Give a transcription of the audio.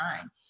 time